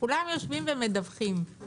כולם יושבים ומדווחים.